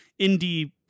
indie